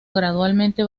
gradualmente